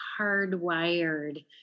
hardwired